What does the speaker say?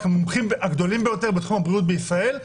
כמומחים הגדולים ביותר בתחום הבריאות בישראל,